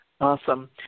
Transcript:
Awesome